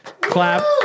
clap